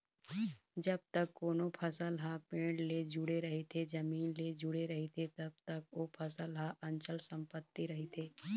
जब तक कोनो फसल ह पेड़ ले जुड़े रहिथे, जमीन ले जुड़े रहिथे तब तक ओ फसल ह अंचल संपत्ति रहिथे